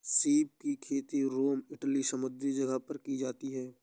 सीप की खेती रोम इटली समुंद्री जगह पर की जाती है